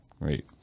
Great